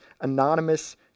anonymous